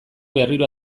berriro